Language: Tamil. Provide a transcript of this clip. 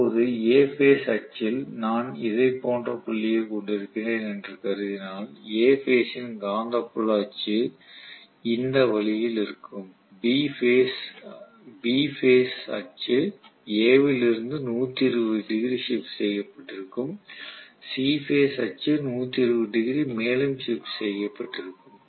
இப்போது A பேஸ் அச்சில் நான் இதைப் போன்ற புள்ளியைக் கொண்டிருக்கிறேன் என்று கருதினால் A பேஸ் ன் காந்தப்புல அச்சு இந்த வழியில் இருக்கும் B பேஸ் அச்சு A வில் இருந்து 120 டிகிரி ஷிப்ட் செய்யப்பட்டிருக்கும் C பேஸ் அச்சு 120 டிகிரி மேலும் ஷிப்ட் செய்யப்பட்டிருக்கும்